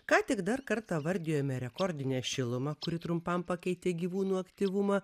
ką tik dar kartą vardijome rekordinę šilumą kuri trumpam pakeitė gyvūnų aktyvumą